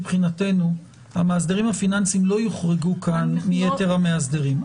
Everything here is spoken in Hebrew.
מבחינתנו המאסדרים הפיננסיים לא יוחרגו כאן מיתר המאסדרים.